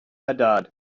hadad